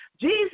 Jesus